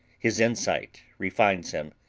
his insight refines him.